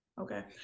okay